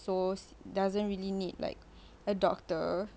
so doesn't really need like a doctor